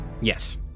Yes